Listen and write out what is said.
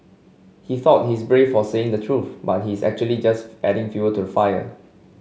he thought he's brave for saying the truth but he's actually just adding fuel to the fire